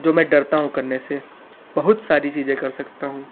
जो मैं डरता हूँ करने से बहुत सारी चीज़ें कर सकता हूँ